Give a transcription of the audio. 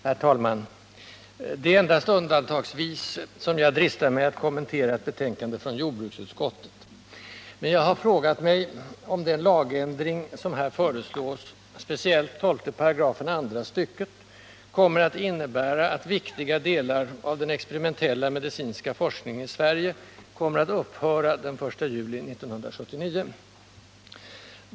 Herr talman! Det är endast undantagsvis som jag dristar mig att kommentera ett betänkande från jordbruksutskottet. Men jag har frågat mig om den lagändring som här föreslås, speciellt 12 § andra stycket, kommer att innebära att viktiga delar av den experimentella medicinska forskningen i Sverige kommer att upphöra den 1 juli 1979.